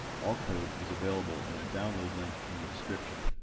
all code is available in a download link in the description.